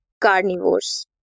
carnivores